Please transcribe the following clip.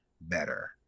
better